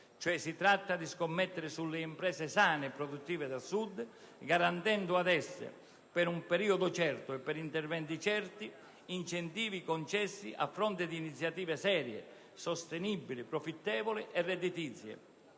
si tratta cioè di scommettere sulle imprese sane e produttive del Sud, garantendo ad esse per un periodo certo e per interventi certi, incentivi concessi a fronte di iniziative serie, sostenibili, profittevoli e redditizie.